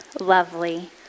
lovely